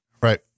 Right